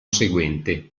seguente